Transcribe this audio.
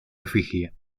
efigie